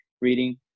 reading